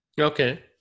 Okay